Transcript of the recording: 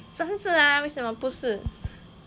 这个是啊为什么不是